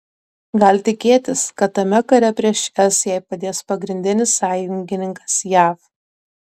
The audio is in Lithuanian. gal tikėtis kad tame kare prieš es jai padės pagrindinis sąjungininkas jav